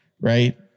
right